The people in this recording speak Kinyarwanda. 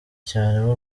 cyane